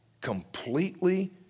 completely